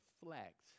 reflect